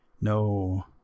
No